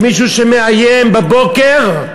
שמישהו שמאיים בבוקר,